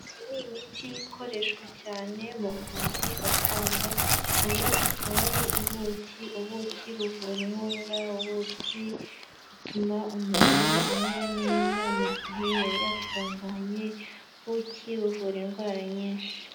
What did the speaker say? Iyi ni imiti ikoreshwa cyane mu buvuzi gakondo, ubu akaba ari ubuki, ubuki buvura inkora, ubuki butuma umuntu amera neza mu gihe yari afunganye, buki buvura indwara nyinshi.